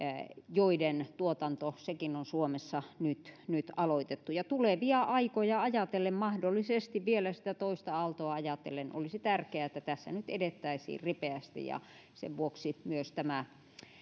joiden tuotanto sekin on suomessa nyt nyt aloitettu tulevia aikoja ajatellen mahdollisesti vielä sitä toista aaltoa ajatellen olisi tärkeää että tässä nyt edettäisiin ripeästi ja sen vuoksi